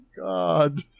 God